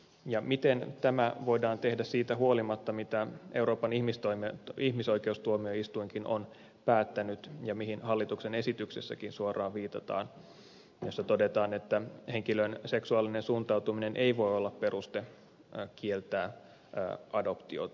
ja miten tämä voidaan tehdä siitä huolimatta mitä euroopan ihmisoikeustuomioistuinkin on päättänyt ja mihin hallituksen esityksessäkin suoraan viitataan kun todetaan että henkilön seksuaalinen suuntautuminen ei voi olla peruste kieltää adoptiota